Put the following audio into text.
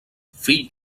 fill